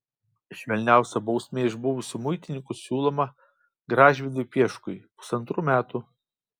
švelniausia bausmė iš buvusių muitininkų siūloma gražvydui pieškui pusantrų metų